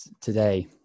today